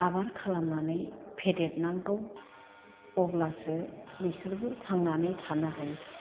आबार खालामनानै फेदेरनांगौ अब्लासो बेसोरबो थांनानै थानो हायो